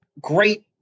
great